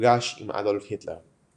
ונפגש עם אדולף היטלר.